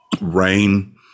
Rain